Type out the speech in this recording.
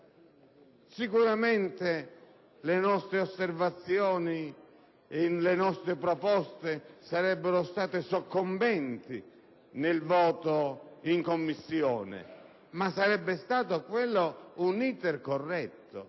Sicuramente le nostre osservazioni e proposte sarebbero state soccombenti nel voto in Commissione, ma sarebbe stato quello l'*iter* corretto;